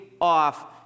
off